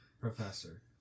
Professor